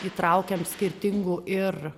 įtraukiam skirtingų ir